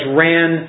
ran